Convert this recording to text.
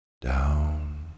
Down